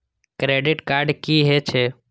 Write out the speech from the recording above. Credit card की हे छे?